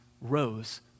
rose